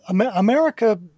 America